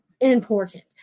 important